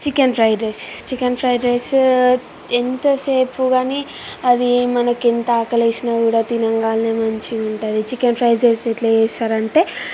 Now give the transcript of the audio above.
chicken fried rice chicken fried rice ఎంతసేపు కాని అది మనకి ఎంత ఆకలేసినా కూడా తినగానే మంచిగుంటుంది చికెన్ ఫ్రైడ్ రైస్ ఎట్లా చేస్తారంటే